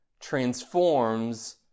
transforms